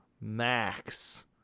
Max